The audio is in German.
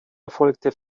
erfolgte